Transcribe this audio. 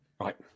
Right